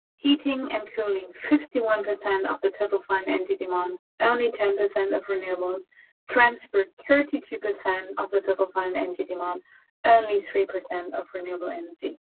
heating and cooling fifty one percent of the total final energy demand only ten percent of renewables transferred thirty two percent of the total final energy demand only three percent of renewable energy.